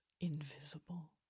invisible